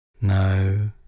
No